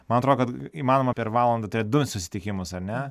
man atrodo kad įmanoma per valandą turėt du susitikimus ar ne